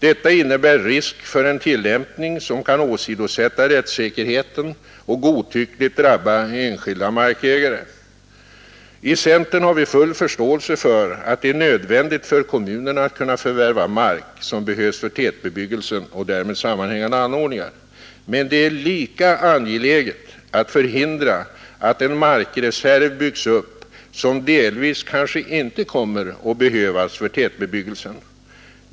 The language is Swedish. Detta innebär risk för en tillämpning som kan åsidosätta rättssäkerheten och godtyckligt drabba enskilda markägare. I centern har vi full förståelse för att det är nödvändigt för kommunerna att kunna förvärva mark, som behövs för tätbebyggelsen och därmed sammanhängande anordningar. Men det är lika angeläget att förhindra att en markreserv byggs upp, som delvis kanske inte kommer att behövas för tätbebyggelsen.